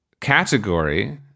category